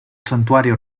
santuario